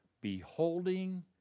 beholding